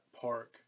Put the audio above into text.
park